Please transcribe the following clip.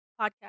podcast